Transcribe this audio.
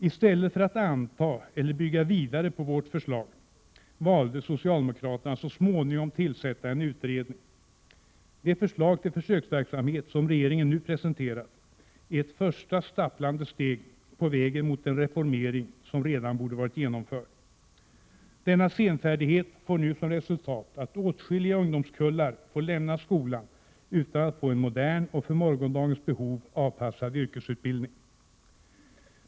Istället för att anta eller bygga vidare på vårt förslag valde socialdemokraterna att så småningom tillsätta en utredning. Det förslag till försöksverksamhet som regeringen nu presenterat är ett första stapplande steg på vägen mot den reformering som redan borde ha varit genomförd. Denna senfärdighet får nu som resultat att åtskilliga ungdomskullar får lämna skolan utan att få en modern och för morgondagens behov avpassad yrkesutbildning.